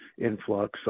influx